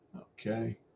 Okay